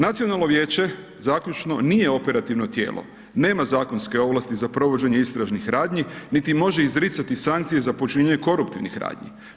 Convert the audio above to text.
Nacionalno vijeće, zaključno, nije operativno tijelo, nema zakonske ovlasti za provođenje istražnih radnji, niti može izricati sankcije za počinjanje koruptivnih radnji.